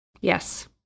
Yes